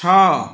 ଛଅ